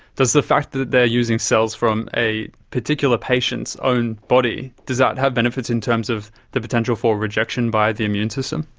does the fact that they are using cells from a particular patient's own body, does that have benefits in terms of the potential for rejection by the immune system?